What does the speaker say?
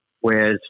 Whereas